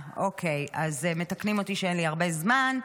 מתקנים אותי שאין לי הרבה זמן,